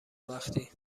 وقتی